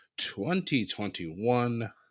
2021